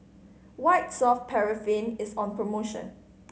White Soft Paraffin is on promotion